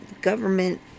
government